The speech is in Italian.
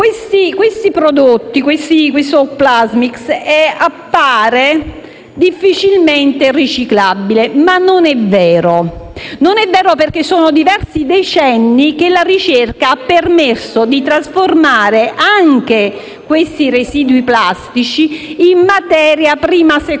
Questi prodotti in Plasmix sembrano difficilmente riciclabili, ma non è vero. Sono, infatti, diversi decenni che la ricerca ha permesso di trasformare anche questi residui plastici in materia prima-seconda;